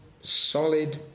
solid